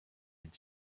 had